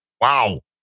Wow